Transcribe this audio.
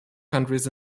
countries